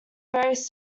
various